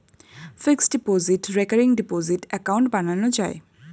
fixed deposit, recurring deposit account বানানো যায়